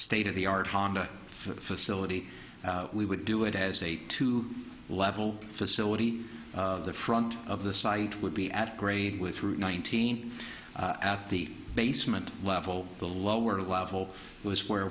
state of the art honda facility we would do it has a two level facility the front of the site would be at grade with route nineteen at the basement level the lower level was where